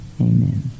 Amen